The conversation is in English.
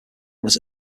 was